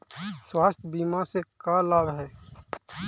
स्वास्थ्य बीमा से का लाभ है?